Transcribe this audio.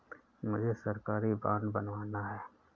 मुझे सरकारी बॉन्ड बनवाना है